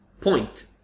point